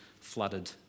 flooded